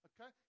Okay